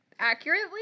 Accurately